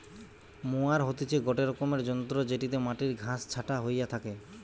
mower হতিছে গটে রকমের যন্ত্র জেটিতে মাটির ঘাস ছাটা হইয়া থাকে